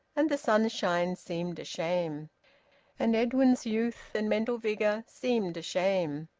and the sunshine seemed a shame and edwin's youth and mental vigour seemed a shame.